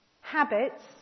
habits